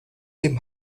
dem